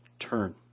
turn